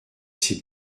ses